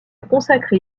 consacré